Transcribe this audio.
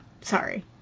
Sorry